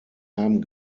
haben